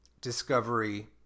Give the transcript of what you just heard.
Discovery